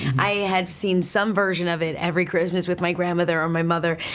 i had seen some version of it every christmas with my grandmother or my mother.